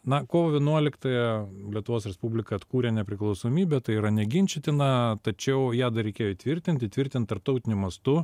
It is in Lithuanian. na kovo vienuoliktąją lietuvos respublika atkūrė nepriklausomybę tai yra neginčytina tačiau ją dar reikėjo įtvirtinti tvirtint tarptautiniu mastu